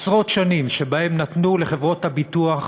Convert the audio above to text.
עשרות שנים שבהן נתנו לחברות הביטוח,